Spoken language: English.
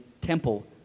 temple